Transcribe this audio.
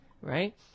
Right